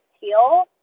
teal